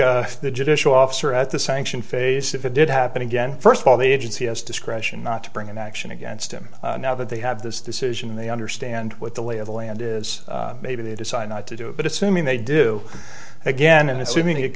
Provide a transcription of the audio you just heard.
if the judicial officer at the sanction phase if it did happen again first of all the agency has discretion not to bring an action against him now that they have this decision they understand what the lay of the land is maybe they decide not to do it but assuming they do again i